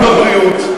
גם לבריאות,